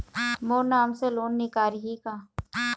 मोर नाम से लोन निकारिही का?